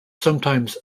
sometimes